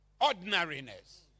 Ordinariness